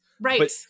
Right